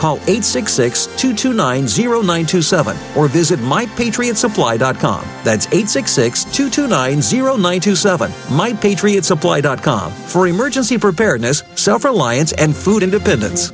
eight six six two two nine zero nine two seven or visit my patriots apply dot com that's eight six six two two nine zero nine two seven my patriots apply dot com for emergency preparedness self reliance and food independence